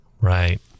right